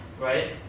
right